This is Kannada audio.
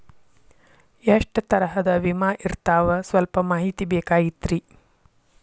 ಎಷ್ಟ ತರಹದ ವಿಮಾ ಇರ್ತಾವ ಸಲ್ಪ ಮಾಹಿತಿ ಬೇಕಾಗಿತ್ರಿ